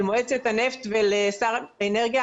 למועצת הנפט ולשר האנרגיה.